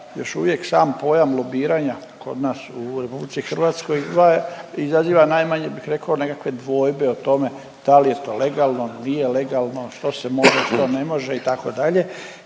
još uvijek sam pojam lobiranja kod nas u RH izaziva najmanje bih rekao nekakve dvojbe o tome da li je to legalno, nije legalno, što se može što ne može itd.